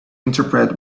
interpret